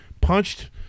punched